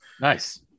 Nice